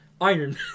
Iron